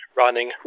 running